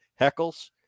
heckles